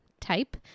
type